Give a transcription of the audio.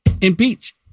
Impeach